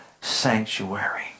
sanctuary